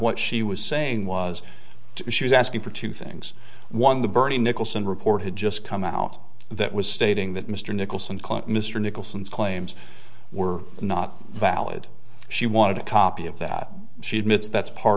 what she was saying was she was asking for two things one the bernie nicholson report had just come out that was stating that mr nicholson clint mr nicholson's claims were not valid she wanted a copy of that she admits that's part